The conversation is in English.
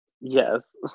Yes